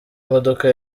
imodoka